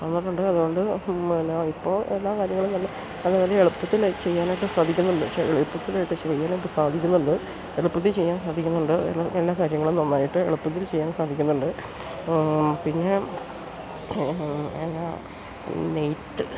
വന്നിട്ടുണ്ട് അതുകൊണ്ട് പിന്നെ ഇപ്പോഴെല്ലാ കാര്യങ്ങളും നല്ല എളുപ്പത്തിലായിട്ട് ചെയ്യാനായിട്ട് സാധിക്കുന്നുണ്ട് എളുപ്പത്തില് ചെയ്യാൻ സാധിക്കുന്നുണ്ട് എല്ലാ കാര്യങ്ങളും നന്നായിട്ട് എളുപ്പത്തിൽ ചെയ്യാൻ സാധിക്കുന്നുണ്ട് പിന്നെ എന്താണ് നെയ്ത്ത്